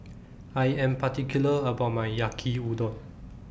I Am particular about My Yaki Udon